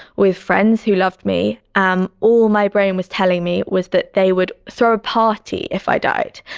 with friends who loved me. um all my brain was telling me was that they would throw a party if i died.